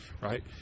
right